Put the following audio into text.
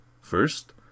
First